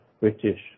British